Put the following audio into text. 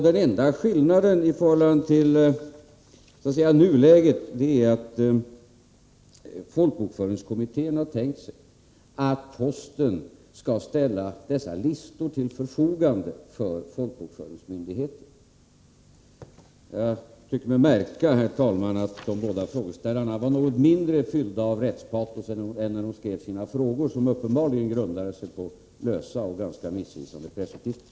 Den enda skillnaden i förhållande till nuläget är att folkbokföringskommittén har tänkt sig att posten skall ställa listorna i fråga till förfogande för folkbokföringsmyndigheten. Jag tycker mig märka, herr talman, att de båda frågeställarna är något mindre fyllda av rättspatos än när de skrev sina frågor, som uppenbarligen grundade sig på lösa och ganska missvisande pressuppgifter.